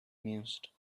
mused